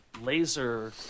laser